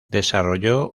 desarrolló